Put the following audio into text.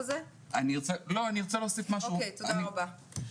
תודה רבה.